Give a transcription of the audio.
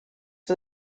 for